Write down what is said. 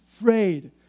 afraid